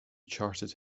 charted